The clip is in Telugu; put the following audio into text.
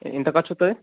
ఎంత ఖర్చు అవుతుంది